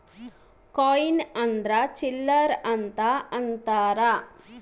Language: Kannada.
ಕಾಯಿನ್ ಅಂದ್ರ ಚಿಲ್ಲರ್ ಅಂತ ಅಂತಾರ